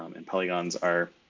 um and polygons are,